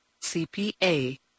CPA